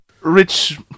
Rich